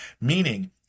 Meaning